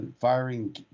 firing